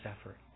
effort